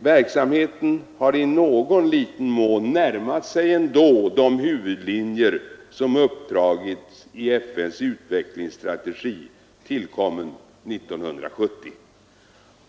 Verksamheten har i någon liten mån ändå närmat sig de huvudlinjer som uppdragits i FN:s utvecklingsstrategi, tillkommen 1970.